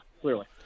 clearly